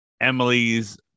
Emily's